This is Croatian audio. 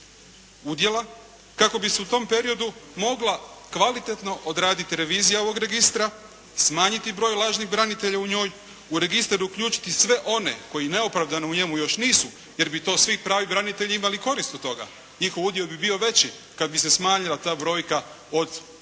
udjela kako bi se u tom periodu mogla kvalitetno odraditi revizija ovog registra, smanjiti broj lažnih branitelja u njoj. U registar uključiti sve one koji neopravdano u njemu još nisu, jer bi to svi pravi branitelji imali korist od toga. Njihov udio bi bio veći kad bi se smanjila ta brojka od kažu